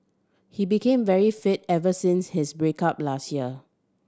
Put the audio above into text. he became very fit ever since his break up last year